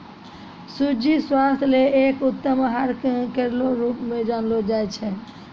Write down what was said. सूजी स्वास्थ्य ल एक उत्तम आहार केरो रूप म जानलो जाय छै